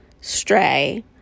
stray